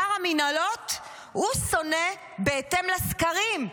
שר המינהלות, הוא שונא בהתאם לסקרים.